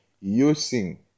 using